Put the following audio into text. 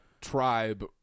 tribe